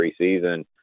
preseason